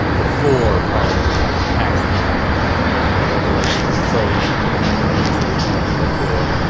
before parliament tried to tax them and regulate their trade in in ways that it hadn't before,